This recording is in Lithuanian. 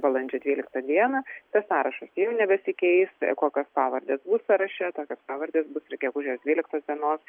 balandžio dvyliktą dieną tas sąrašas jau nebesikeis kokios pavardės bus sąraše tokios pavardės bus ir gegužės dvyliktos dienos